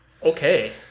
Okay